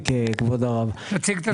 שלום,